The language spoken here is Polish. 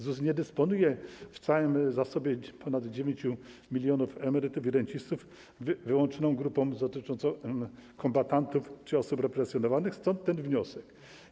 ZUS nie dysponuje w całym zasobie ponad 9 mln emerytów i rencistów wyłączną grupą kombatantów czy osób represjonowanych, stąd ten wniosek.